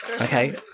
Okay